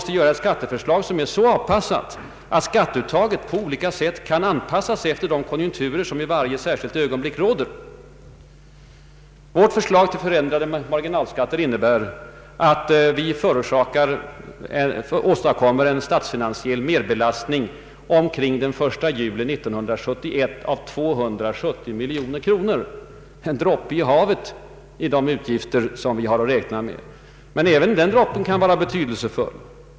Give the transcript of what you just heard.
Ett skatteförslag måste därför vara så avpassat att skatteuttaget kan anpassas efter de konjunkturer som råder vid olika tillfällen. Vårt förslag till förändrade marginalskatter innebär en statsfinansiell merbelastning på 270 miljoner kronor den 1 juli 1971 — en droppe i havet av de utgifter som vi har att räkna med. Men även den droppen kan vara betydelsefull.